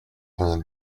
vingt